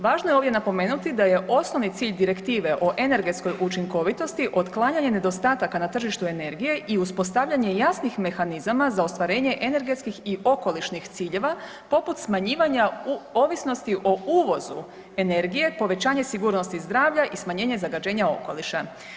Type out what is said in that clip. Važno je ovdje napomenuti da je osnovni cilj direktive o energetskoj učinkovitosti otklanjanje nedostataka na tržištu energije i uspostavljanje jasnih mehanizama za ostvarenje energetskih i okolišnih ciljeva poput smanjivanja ovisnosti o uvozu energije, povećanje sigurnosti zdravlja i smanjenje zagađenja okoliša.